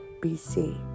BC